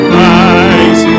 rise